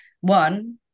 one